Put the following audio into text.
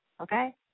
Okay